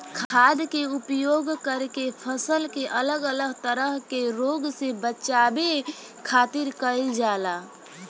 खाद्य के उपयोग करके फसल के अलग अलग तरह के रोग से बचावे खातिर कईल जाला